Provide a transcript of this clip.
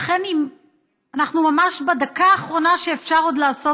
לכן אנחנו ממש בדקה האחרונה שאפשר עוד לעשות